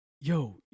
yo